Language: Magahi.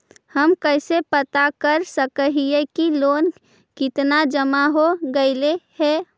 हम कैसे पता कर सक हिय की लोन कितना जमा हो गइले हैं?